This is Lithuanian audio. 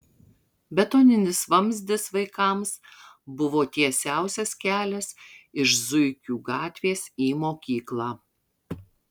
betoninis vamzdis vaikams buvo tiesiausias kelias iš zuikių gatvės į mokyklą